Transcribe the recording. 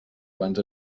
abans